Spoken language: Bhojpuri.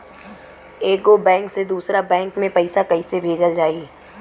एगो बैक से दूसरा बैक मे पैसा कइसे भेजल जाई?